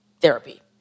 therapy